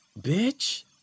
bitch